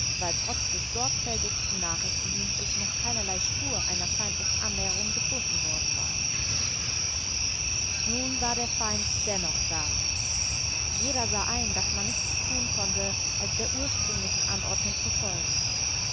trotz des sorgfältigsten nachrichtendienstes noch keinerlei spur einer feindlichen annäherung gefunden worden war nun war der feind dennoch da jeder sah ein daß man nichts tun konnte als der ursprünglichen anordnung zu folgen